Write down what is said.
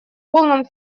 полном